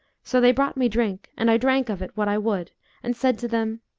so they brought me drink, and i drank of it what i would and said to them,